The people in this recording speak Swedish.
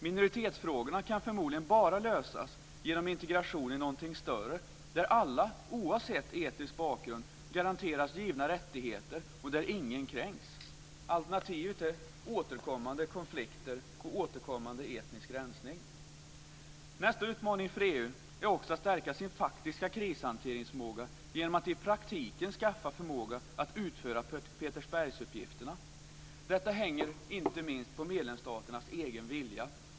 Minoritetsfrågorna kan förmodligen bara lösas genom integration i någonting större där alla oavsett etnisk bakgrund garanteras givna rättigheter och där ingen kränks. Alternativet är återkommande konflikter och återkommande etnisk rensning. Nästa utmaning för EU är att också stärka den faktiska krishanteringsförmågan genom att i praktiken skaffa förmåga att utföra Petersbergsuppgifterna. Detta hänger inte minst på medlemsstaternas egen vilja.